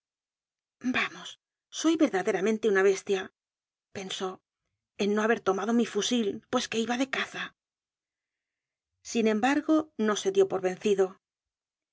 vamos soy verdaderamente un bestia pensó en no haber tomado mi fusil pues qué iba de caza sin embargo no se dió por vencido